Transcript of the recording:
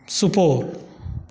Supaul